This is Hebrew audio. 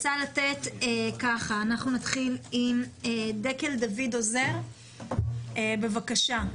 נתחיל עם דקל דוד עוזר, בבקשה.